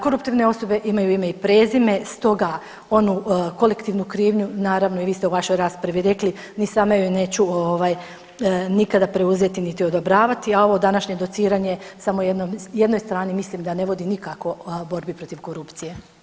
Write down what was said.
Koruptivne osobe imaju ime i prezime stoga onu kolektivnu krivnju naravno i vi ste u vašoj raspravi rekli, ni sama ju neću ovaj nikada preuzeti niti odobravati, a ovo današnje dociranje samo jednoj strani mislim da ne vodi nikako borbi protiv korupcije.